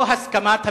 ללא הסכמת המשפחות,